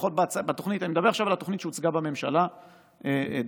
אני מדבר עכשיו על התוכנית שהוצגה בממשלה אז,